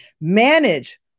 manage